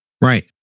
Right